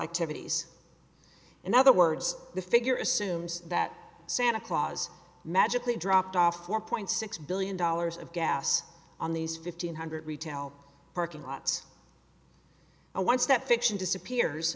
activities in other words the figure assumes that santa claus magically dropped off four point six billion dollars of gas on these fifteen hundred retail parking lots a one step fiction disappears